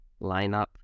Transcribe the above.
lineup